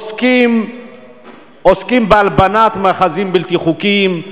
עוסקים בהלבנת מאחזים בלתי חוקיים,